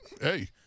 Hey